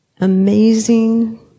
amazing